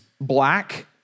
black